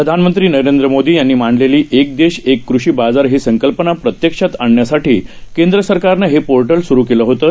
प्रधानमंत्रीनरेंद्रमोदीयांनीमांडलेलीएकदेशएककृषीबाजारहीसंकल्पनाप्रत्यक्षातआणण्यासाठीकेंद्रसरकारनं हेपोर्टलस्रुकेलंहोतं